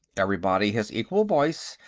everybody has equal voice,